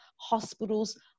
hospitals